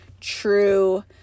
true